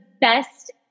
best